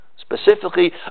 specifically